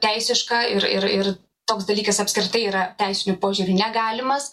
teisiška ir ir ir toks dalykas apskritai yra teisiniu požiūriu negalimas